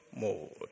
mode